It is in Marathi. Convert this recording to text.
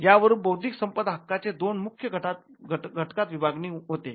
यावरून बौद्धिक संपदा हक्काचे दोन मुख्य घटकात विभागणी होते